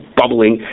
bubbling